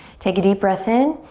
take a deep breath in.